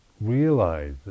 realize